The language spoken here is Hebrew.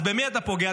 אז במי אתה פוגע?